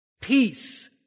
Peace